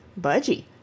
Budgie